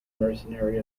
mercenary